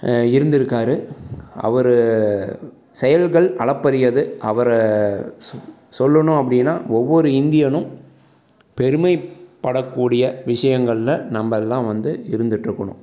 இருந்துருக்கார் அவர் செயல்கள் அளப்பரியது அவரை சு சொல்லணும் அப்படின்னா ஒவ்வொரு இந்தியனும் பெருமைப்பட கூடிய விஷயங்கள்ல நம்பல்லாம் வந்து இருந்துட்டிருக்கணும்